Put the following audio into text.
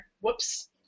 Whoops